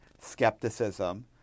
skepticism